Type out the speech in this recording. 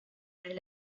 elle